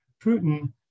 Putin